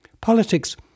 Politics